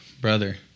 brother